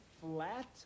flat